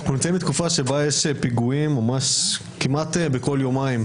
אנחנו נמצאים בתקופה בה יש פיגועים כמעט בכל יומיים,